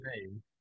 name